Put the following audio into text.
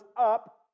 up